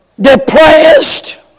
depressed